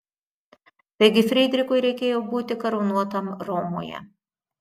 taigi frydrichui reikėjo būti karūnuotam romoje